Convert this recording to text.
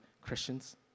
Christians